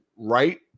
right